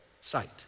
sight